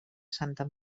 santa